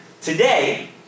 Today